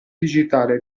digitale